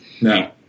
No